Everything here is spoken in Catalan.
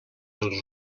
dels